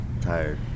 Tired